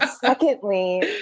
secondly